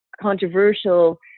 controversial